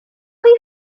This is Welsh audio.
chi